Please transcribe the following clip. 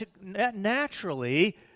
naturally